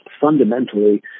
fundamentally